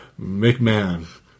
McMahon